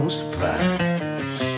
surprise